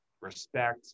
respect